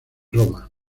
roma